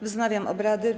Wznawiam obrady.